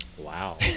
wow